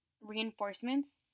reinforcements